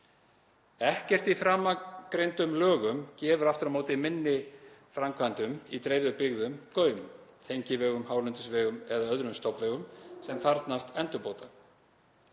Ekkert í framangreindum lögum gefur aftur á móti minni framkvæmdum í dreifðum byggðum gaum; tengivegum, hálendisvegum eða öðrum stofnvegum sem þarfnast endurbóta.